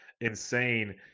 insane